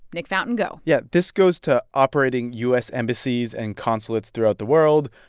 nick fountain, go yeah, this goes to operating u s. embassies and consulates throughout the world,